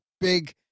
big